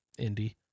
indie